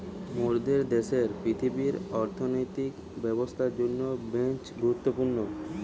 মোরদের দ্যাশের পৃথিবীর অর্থনৈতিক ব্যবস্থার জন্যে বেঙ্ক গুরুত্বপূর্ণ